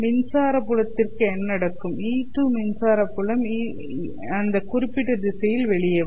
மின்சார புலத்திற்கு என்ன நடக்கும் E2 மின்சார புலம் E2 இந்த குறிப்பிட்ட திசையில் வெளியே வரும்